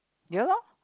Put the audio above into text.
ya lor